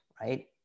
right